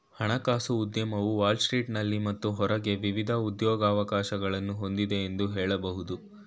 ಹಣಕಾಸು ಉದ್ಯಮವು ವಾಲ್ ಸ್ಟ್ರೀಟ್ನಲ್ಲಿ ಮತ್ತು ಹೊರಗೆ ವಿವಿಧ ಉದ್ಯೋಗವಕಾಶಗಳನ್ನ ಹೊಂದಿದೆ ಎಂದು ಹೇಳಬಹುದು